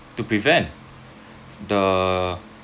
to prevent the